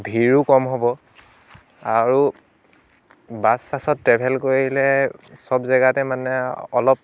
ভিৰো কম হ'ব আৰু বাছ চাছত ট্ৰেভেল কৰিলে চব জেগাতে মানে আৰু অলপ